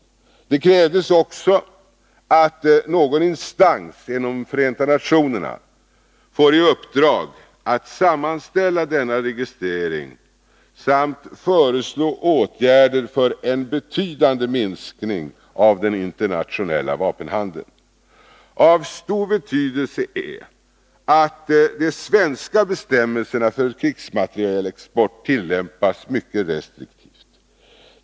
Det krävdes också att någon instans inom FN skall få i 'uppdrag att sammanställa denna registrering samt föreslå åtgärder för en betydande minskning av den internationella vapenhandeln. Av stor betydelse är att de svenska bestämmelserna för krigsmaterielexport tillämpas mycket restriktivt.